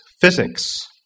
physics